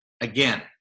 again